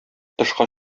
тышка